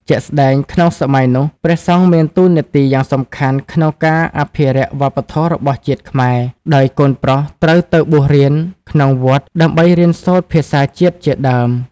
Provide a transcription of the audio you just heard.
ជាក់ស្ដែង ក្នុងសម័យនោះ ព្រះសង្ឃមានតួនាទីយ៉ាងសំខាន់ក្នុងការអភិរក្សវប្បធម៌របស់ជាតិខ្មែរ ដោយកូនប្រុសត្រូវទៅបួសរៀនក្នុងវត្តដើម្បីរៀនសូត្រភាសាជាតិជាដើម។